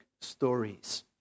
stories